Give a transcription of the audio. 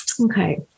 Okay